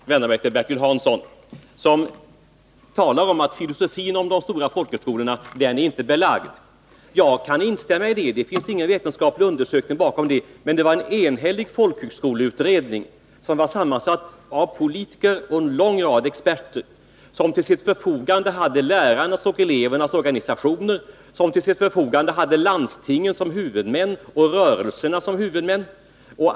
Fru talman! Jag vill först vända mig till Bertil Hansson, som talar om att filosofin om de stora folkhögskolorna inte är belagd. Jag kan instämma i det. Det finns ingen vetenskaplig undersökning bakom denna filosofi. Men den förordades av en enhällig folkhögskoleutredning, sammansatt av politiker och en lång rad experter, som till sitt förfogande hade lärarnas och elevernas organisationer samt landstingen och folkrörelserna som huvudmän.